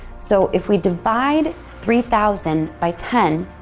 so if we divide three thousand by ten,